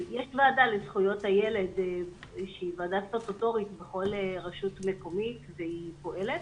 יש ועדה לזכויות הילד שהיא ועדה סטטוטורית בכל רשות מקומית והיא פועלת.